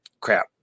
crap